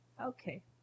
Okay